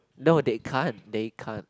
no they can't they can't